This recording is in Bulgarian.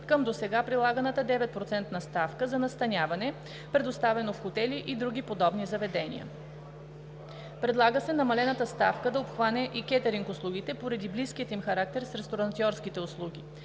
към досега прилаганата 9% ставка за настаняване, предоставяно в хотели и други подобни заведения. Предлага се намалената ставка да обхване и кетъринг услугите поради близкия им характер с ресторантьорските услуги.